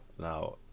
Now